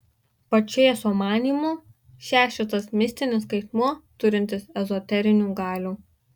pačėso manymu šešetas mistinis skaitmuo turintis ezoterinių galių